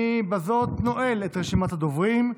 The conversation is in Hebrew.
בזאת אני נועל את רשימת הדוברים.